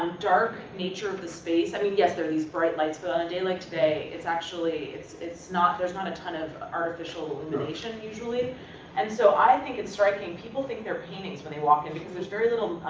dark nature of the i mean yes there are these bright lights but day like today it's actually it's it's not there's not a ton of artificial illumination usually and so i think it's striking people think their paintings when they walk in because there's very little,